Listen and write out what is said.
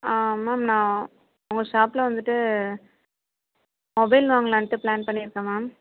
ஆ ma'am நான் உங்கள் ஷாப்பில் வந்துட்டு மொபைல் வாங்கலாம்ட்டு ப்ளான் பண்ணிருக்கேன் மேம்